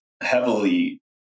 heavily